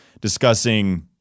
discussing